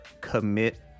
commit